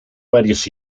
varios